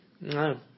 No